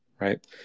right